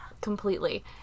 Completely